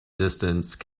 distance